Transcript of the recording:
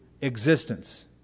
existence